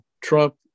Trump